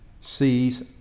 sees